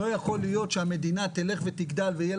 לא יכול להיות שהמדינה תלך ותגדל ויהיה